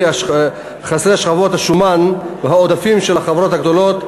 שכבות השומן והעודפים של החברות הגדולות,